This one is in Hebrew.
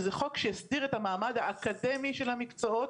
שזה חוק שהסדיר את המעמד האקדמי של המקצועות,